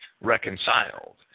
reconciled